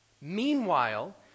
Meanwhile